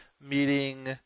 meeting